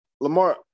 Lamar